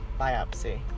biopsy